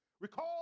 Recall